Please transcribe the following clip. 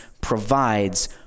provides